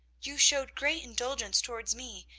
you showed great indulgence towards me,